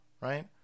right